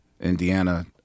Indiana